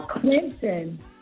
Clinton